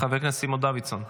חבר הכנסת סימון דוידסון,